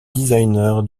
designer